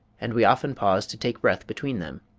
and we often pause to take breath between them.